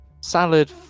Salad